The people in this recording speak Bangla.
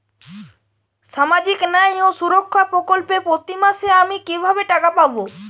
সামাজিক ন্যায় ও সুরক্ষা প্রকল্পে প্রতি মাসে আমি কিভাবে টাকা পাবো?